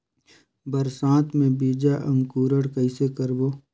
बरसात मे बीजा अंकुरण कइसे करबो?